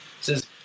says